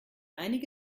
einige